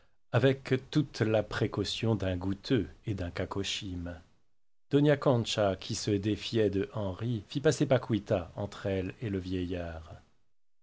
avec toute la précaution d'un goutteux et d'un cacochyme dona concha qui se défiait d'henri fit passer paquita entre elle et le vieillard